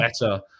better